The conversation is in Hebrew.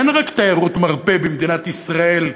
אין רק תיירות מרפא במדינת ישראל,